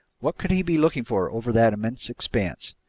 what could he be looking for over that immense expanse?